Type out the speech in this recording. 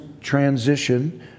transition